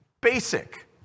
basic